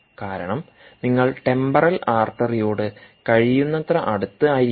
കാരണംനിങ്ങൾ temporal ആർട്ടറിയോട് കഴിയുന്നത്ര അടുത്ത് ആയിരിക്കണം